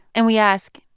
and we ask,